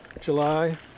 July